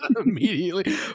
Immediately